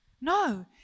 No